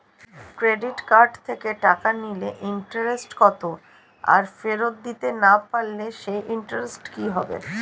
Credit card থেকে টাকা নিলে ইন্টারেস্ট কত আর ফেরত দিতে না পারলে সেই ইন্টারেস্ট কি হবে?